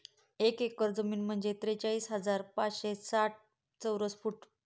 एक एकर जमीन म्हणजे त्रेचाळीस हजार पाचशे साठ चौरस फूट